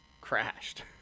crashed